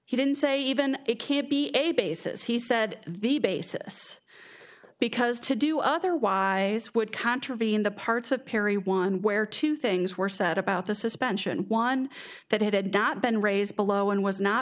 he didn't say it can't be a basis he said the basis because to do otherwise would contravene the parts of perry one where two things were said about the suspension one that had not been raised below and was not